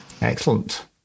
Excellent